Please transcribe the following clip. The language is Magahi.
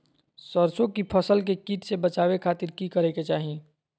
सरसों की फसल के कीट से बचावे खातिर की करे के चाही?